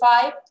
five